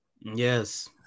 Yes